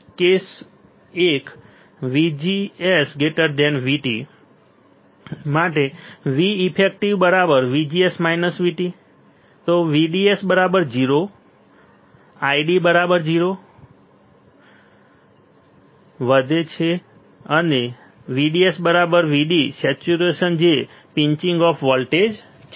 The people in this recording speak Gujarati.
એક case VGS VT Veffective VGS VT VDS 0 ID 0 VDS વધે છે ID વધે છે અને VDS VD સેચ્યુરેશન જે મારી પિંચિંગ ઑફ વોલ્ટેજ છે